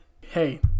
Hey